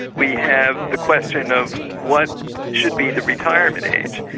we have the question of what should be the retirement age?